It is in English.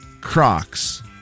crocs